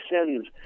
sends